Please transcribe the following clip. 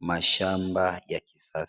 mashamba ya kisasa.